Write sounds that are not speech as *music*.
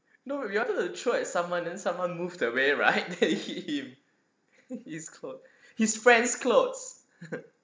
no if you wanted to throw at someone then someone moved away right *laughs* then hit him his clothes his friends' clothes *laughs*